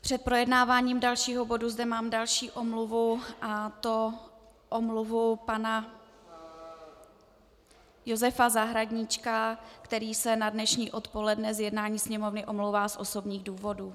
Před projednáváním dalšího bodu zde mám další omluvu, a to omluvu pana Josefa Zahradníčka, který se na dnešní odpoledne z jednání Sněmovny omlouvá z osobních důvodů.